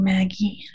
Maggie